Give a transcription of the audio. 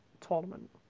tournament